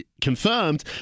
confirmed